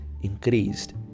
increased